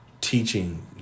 teaching